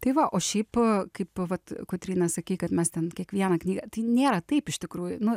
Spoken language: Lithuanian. tai va o šiaip kaip vat kotryna sakei kad mes ten kiekvieną knygą tai nėra taip iš tikrųjų nu